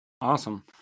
Awesome